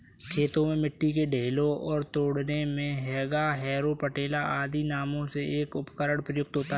खेतों में मिट्टी के ढेलों को तोड़ने मे हेंगा, हैरो, पटेला आदि नामों से एक उपकरण प्रयुक्त होता है